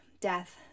death